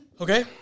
Okay